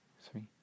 three